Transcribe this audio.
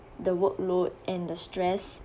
the workload and the stress